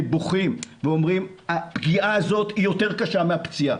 בוכים ואומרים שהפגיעה הזאת יותר קשה מהפציעה,